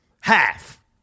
half